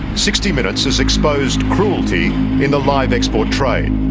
sixty minutes has exposed cruelty in the live export trade.